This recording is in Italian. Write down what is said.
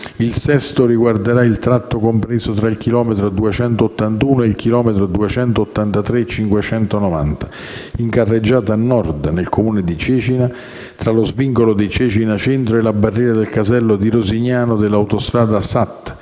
Il sesto riguarderà il tratto compreso tra il chilometro 281 e il chilometro 283+590, in carreggiata nord nel Comune di Cecina, tra lo svincolo di Cecina Centro e la barriera del Casello di Rosignano dell'Autostrada SAT;